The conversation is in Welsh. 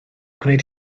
gwneud